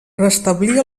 restablir